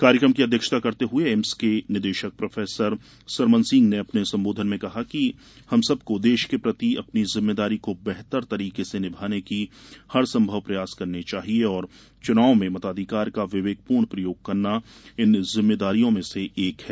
कार्यक्रम की अध्यक्षता करते हुए एम्स के निदेशक प्रोफेसर सरमन सिंह ने अपने संबोधन में कहा कि हम सबकों देश के प्रति अपनी जिम्मेदारी को बेहतर तरीके से निभाने की हर संभव प्रयास करने चाहिए और चुनावों में मताधिकार का विवेकपूर्ण प्रयोग करना इन जिम्मेदारियों में से एक हैं